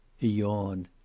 he yawned.